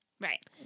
Right